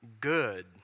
good